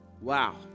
Wow